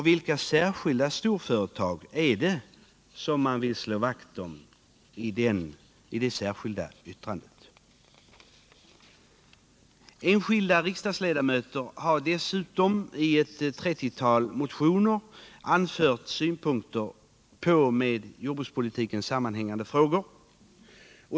Vilka särskilda storföretag är det som man här vill slå vakt om genom det särskilda yttrandet? Enskilda riksdagsledamöter har i ett 30-tal motioner anfört synpunkter på med jordbrukspolitiken sammanhängande frågor.